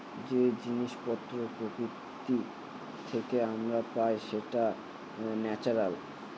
যে জিনিস পত্র প্রকৃতি থেকে আমরা পাই সেটা ন্যাচারাল